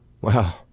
Wow